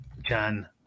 John